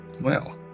Well